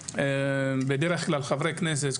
בדרך כלל חברי כנסת,